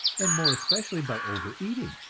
and more especially by over-eating,